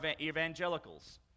evangelicals